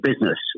business